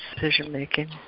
decision-making